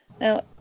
Now